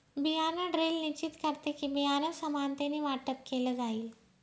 बियाण ड्रिल निश्चित करते कि, बियाणं समानतेने वाटप केलं जाईल